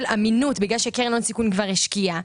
אמינות בגלל שקרן הון סיכון כבר השקיעה,